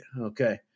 Okay